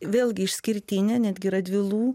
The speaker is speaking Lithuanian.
vėlgi išskirtinė netgi radvilų